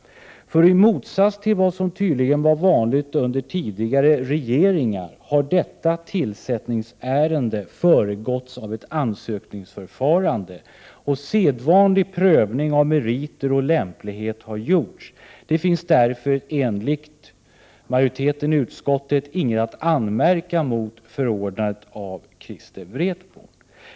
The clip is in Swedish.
I motsatts till vad som tydligen var vanligt under tidigare regeringar har detta tillsättningsärende föregåtts av ett ansökningsförfarande, och sedvanlig prövning av meriter och lämplighet har gjorts. Det finns därför enligt majoritetens i utskottet uppfattning inget att anmärka mot förordnandet av Christer Wretborn.